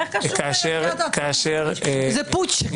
זה פוטש.